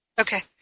Okay